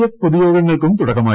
F പൊതുയോഗങ്ങൾക്കും തുടക്കമായി